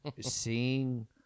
seeing